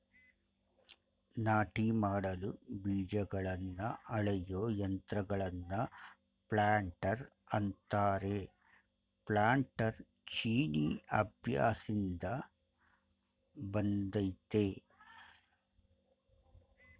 ನಾಟಿ ಮಾಡಲು ಬೀಜಗಳನ್ನ ಅಳೆಯೋ ಯಂತ್ರಗಳನ್ನ ಪ್ಲಾಂಟರ್ ಅಂತಾರೆ ಪ್ಲಾನ್ಟರ್ ಚೀನೀ ಅಭ್ಯಾಸ್ದಿಂದ ಬಂದಯ್ತೆ